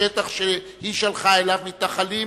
בשטח שהיא שלחה אליו מתנחלים,